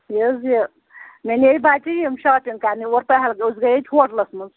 یہِ حظ یہِ مےٚ نِیے بَچہِ یِم شاپِنٛگ کرنہِ اور أسۍ گٔیے ہوٹلس منٛز